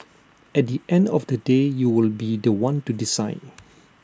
at the end of the day you will be The One to decide